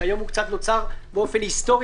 שהיום הוא קצת נוצר באופן היסטורי.